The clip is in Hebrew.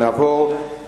אדוני